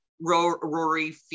Rory